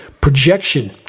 projection